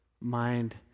mind